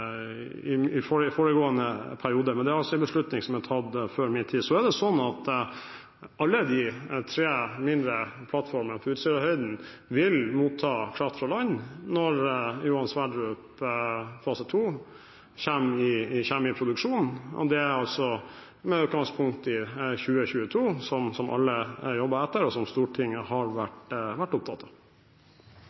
foregående periode. Men det er altså en beslutning som er tatt før min tid. Så er det sånn at alle de tre mindre plattformene på Utsirahøyden vil motta kraft fra land når Johan Sverdrup fase 2 kommer i produksjon. Det er med utgangspunkt i 2022, som alle jobber etter, og som Stortinget har vært opptatt av.